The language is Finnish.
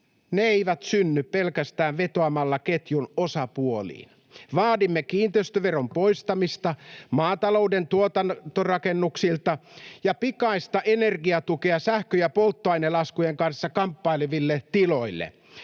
Ne eivät synny pelkästään vetoamalla ketjun osapuoliin. Vaadimme kiinteistöveron poistamista maatalouden tuotantorakennuksilta ja pikaista energiatukea sähkö- ja polttoainelaskujen kanssa kamppaileville tiloille.